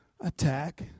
Attack